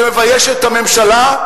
שמביישת את הממשלה.